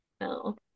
No